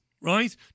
right